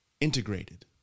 integrated